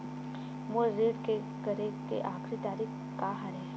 मोर ऋण के करे के आखिरी तारीक का हरे?